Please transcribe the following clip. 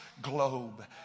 globe